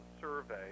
Survey